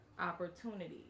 opportunity